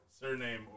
surname